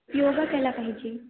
योगा केला पाहिजे